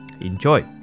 enjoy